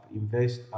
invest